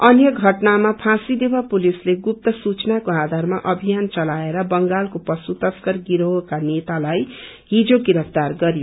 अन्य षटनामा फाँसदेवा पुलिसले गुप्त सुचनाको आधारामा अभ्वियन चलाएर बंगालको पशु तश्कर गिरोहका नेतालाई हिजो गिरफ्तार गर्यो